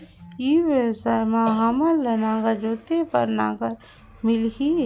ई व्यवसाय मां हामन ला नागर जोते बार नागर मिलही?